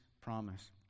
promise